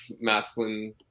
masculine